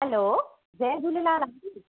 हलो जय झूलेलाल आंटी